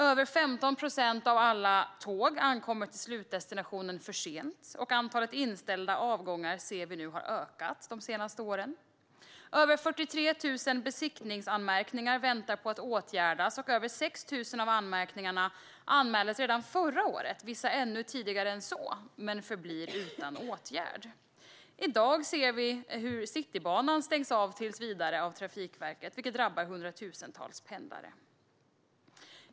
Över 15 procent av alla tåg ankommer för sent till slutdestinationen, och antalet inställda avgångar ser vi nu har ökat de senaste åren. Över 43 000 besiktningsanmärkningar väntar på att åtgärdas. Över 6 000 av anmärkningarna anmäldes redan förra året och vissa ännu tidigare än så, men de förblir utan åtgärd. I dag ser vi hur Trafikverket stänger av Citybanan tills vidare, vilket drabbar hundratusentals pendlare.